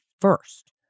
first